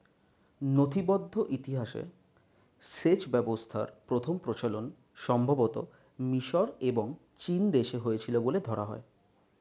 নথিবদ্ধ ইতিহাসে সেচ ব্যবস্থাপনার প্রথম প্রচলন সম্ভবতঃ মিশর এবং চীনদেশে হয়েছিল বলে ধরা হয়